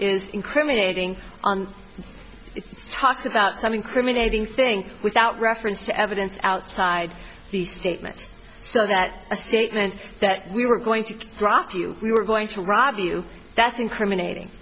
is incriminating on the toss about some incriminating think without reference to evidence outside the statement so that a statement that we were going to drop you we were going to rob you that's incriminating